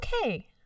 okay